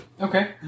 okay